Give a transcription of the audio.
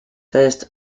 first